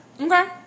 Okay